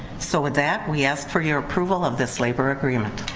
so with that we ask for your approval of this labor agreement.